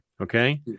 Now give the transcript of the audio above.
Okay